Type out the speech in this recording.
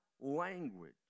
language